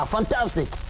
Fantastic